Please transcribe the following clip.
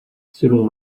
selon